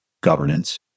governance